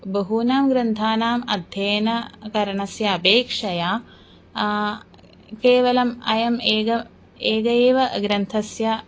बहूनां ग्रन्थानाम् अध्ययनकरणस्य अपेक्षया केवलम् अयम् एकः एकस्य एव ग्रन्थस्य